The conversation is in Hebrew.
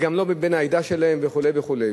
וגם לא מבן העדה שלהן וכו' וכו',